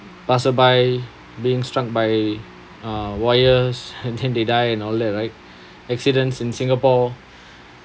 passer by being struck by uh wires and then they die and all that right accidents in singapore